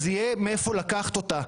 אז יהיה מאיפה לקחת אותה.